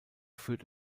führt